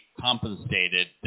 compensated